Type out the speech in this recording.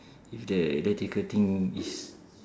if the the ticketing is